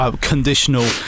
conditional